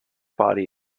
body